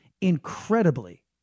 incredibly